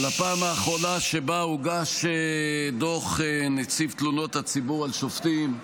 האחרונה שבה הוגש דוח נציב תלונות הציבור על שופטים,